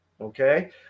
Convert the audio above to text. Okay